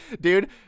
Dude